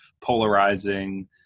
polarizing